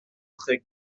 très